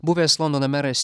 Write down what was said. buvęs londono meras